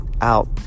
out